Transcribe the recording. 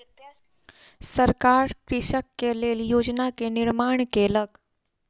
सरकार कृषक के लेल योजना के निर्माण केलक